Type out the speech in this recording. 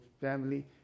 family